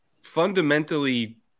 fundamentally